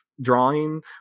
Drawing